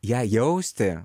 ją jausti